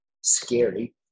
Scary